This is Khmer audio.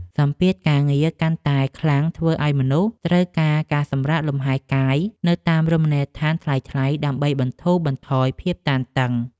សម្ពាធការងារកាន់តែខ្លាំងធ្វើឱ្យមនុស្សត្រូវការការសម្រាកលំហែកាយនៅតាមរមណីយដ្ឋានថ្លៃៗ ដើម្បីបន្ធូរបន្ថយភាពតានតឹង។